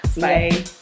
Bye